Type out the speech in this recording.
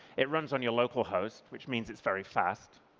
it runs on your local host, which means, it's very fast,